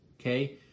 okay